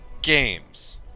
Games